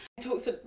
talks